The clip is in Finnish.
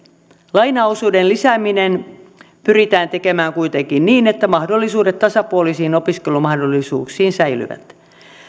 lainaosuuden lisääminen pyritään tekemään kuitenkin niin että mahdollisuudet tasapuolisiin opiskelumahdollisuuksiin säilyvät